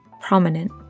prominent